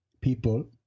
people